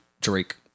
Drake